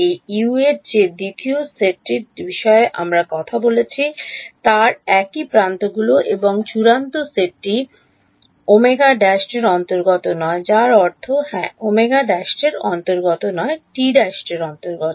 এই U এর যে দ্বিতীয় সেটটির বিষয়ে আমরা কথা বলছি তার একই প্রান্তগুলি এবং চূড়ান্ত সেটটি Ω ′ এর অন্তর্গত নয় যার অর্থ হ্যাঁ Ω ′ এর অন্তর্গত নয় Γ ′ এর অন্তর্গত